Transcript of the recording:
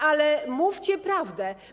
Ale mówcie prawdę.